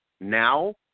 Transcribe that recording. now